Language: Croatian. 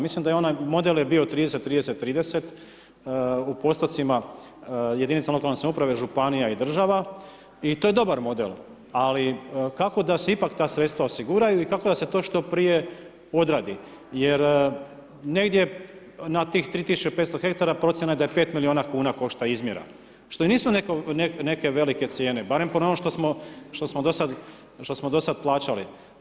Mislim da je onaj model bio 30-30-30, u postotcima jedinica lokalne samouprave, županija i države i to je dobar model ali kako da se ipak ta sredstva osiguraju i kako da se to što prije doradi jer negdje na tih 3500 ha, procjena je da 5 milijuna kuna košta izmjera što i nisu neke velike cijene barem po onom što smo do sad plaćali.